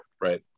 Right